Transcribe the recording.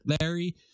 Larry